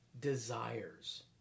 desires